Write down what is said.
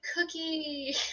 cookie